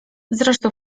zresztą